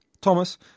Thomas